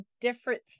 different